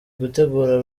gutegura